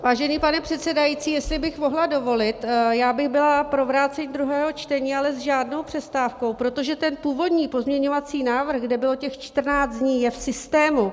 Vážený pane předsedající, jestli bych mohla dovolit, já bych byla pro vrácení do druhého čtení, ale s žádnou přestávkou, protože původní pozměňovací návrh, kde bylo těch 14 dní, je v systému.